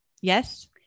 Yes